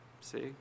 See